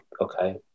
okay